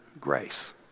grace